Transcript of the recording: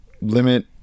limit